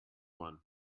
one